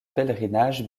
pèlerinage